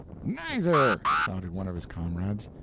neither! shouted one of his comrades.